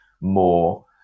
more